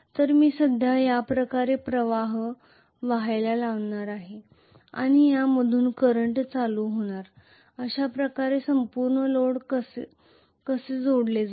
तर मी सध्या याप्रकारे प्रवाह वाहायला लावणार आहे आणि त्यामधून करंट होईल अशा प्रकारे संपूर्ण लोड कसे जोडले जाईल